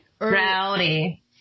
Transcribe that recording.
Rowdy